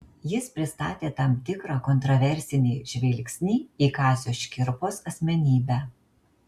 jis pristatė tam tikrą kontraversinį žvilgsnį į kazio škirpos asmenybę